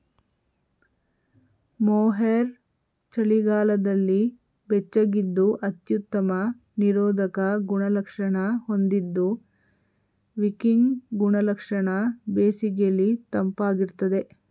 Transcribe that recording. mohair ಚಳಿಗಾಲದಲ್ಲಿ ಬೆಚ್ಚಗಿದ್ದು ಅತ್ಯುತ್ತಮ ನಿರೋಧಕ ಗುಣಲಕ್ಷಣ ಹೊಂದಿದ್ದು ವಿಕಿಂಗ್ ಗುಣಲಕ್ಷಣ ಬೇಸಿಗೆಲಿ ತಂಪಾಗಿರ್ತದೆ